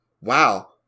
wow